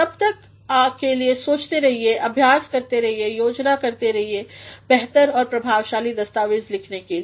तब तक के लिए सोचते रहिए अभ्यास करते रहिए योजना करते रहिए बेहतर और प्रभावशाली दस्तावेज़लिखने के लिए